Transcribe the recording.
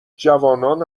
جوانان